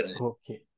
Okay